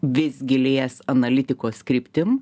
vis gilės analitikos kryptim